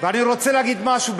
ואני רוצה להגיד משהו,